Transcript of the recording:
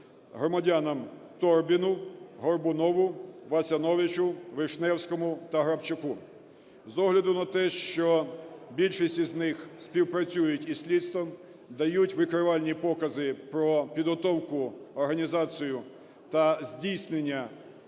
громадянам:Торбіну, Горбунову, Васяновичу, Вишневському та Грабчуку. З огляду на те, що більшість з них співпрацюють із слідством, дають викривальні покази про підготовку, організацію та здійснення